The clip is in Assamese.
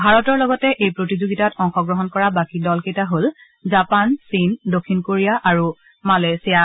ভাৰতৰ লগতে এই প্ৰতিযোগিতাত অংশগ্ৰহণ কৰা বাকী দলকেইটা হল জাপান চীন দক্ষিণ কোৰিয়া আৰু মালয়েছিয়া